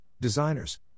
designers